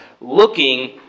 looking